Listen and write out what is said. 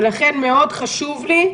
ולכן מאוד חשוב לי,